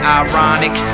ironic